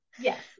Yes